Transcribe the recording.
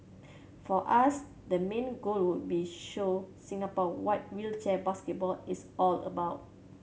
for us the main goal would be show Singapore what wheelchair basketball is all about